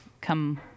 come